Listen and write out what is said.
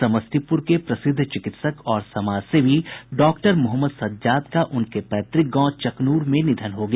समस्तीपुर के प्रसिद्ध चिकित्सक और समाजसेवी डॉक्टर मोहम्मद सज्जाद का उनके पैतृक गांव चकनूर में निधन हो गया